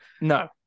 No